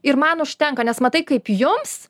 ir man užtenka nes matai kaip jums